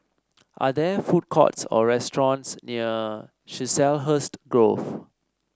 are there food courts or restaurants near Chiselhurst Grove